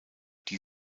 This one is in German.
die